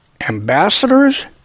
ambassadors